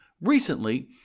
Recently